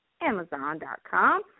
Amazon.com